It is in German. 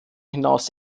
hinaus